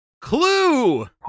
Clue